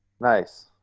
nice